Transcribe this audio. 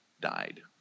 died